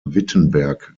wittenberg